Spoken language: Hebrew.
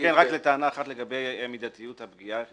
רק לטענה אחת לגבי מידתיות הפגיעה,